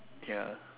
ya